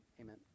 amen